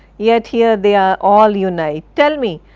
yet here they ah all unite. tell me,